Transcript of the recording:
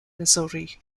missouri